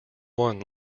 one